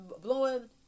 blowing